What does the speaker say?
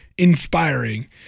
inspiring